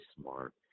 smart